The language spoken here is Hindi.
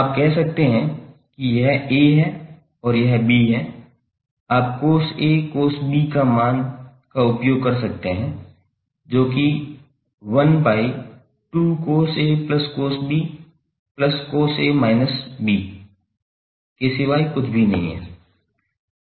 आप cos A cos B मान का उपयोग कर सकते हैं जो कि 1 by 2 cos A plus B plus cos A minus B के सिवाय कुछ भी नहीं है